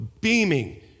beaming